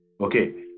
okay